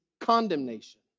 condemnation